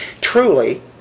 truly